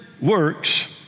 works